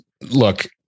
look